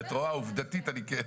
את רואה, עובדתית אני כן.